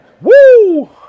Woo